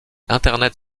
internet